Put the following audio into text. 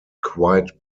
quite